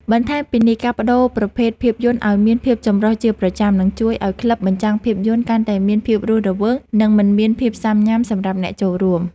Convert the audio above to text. បន្ថែមពីនេះ ការប្ដូរប្រភេទភាពយន្តឱ្យមានភាពចម្រុះជាប្រចាំ នឹងជួយឱ្យក្លឹបបញ្ចាំងភាពយន្តកាន់តែមានភាពរស់រវើក និងមិនមានភាពស៊ាំញ៉ាំសម្រាប់អ្នកចូលរួម។